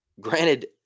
granted